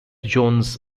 jones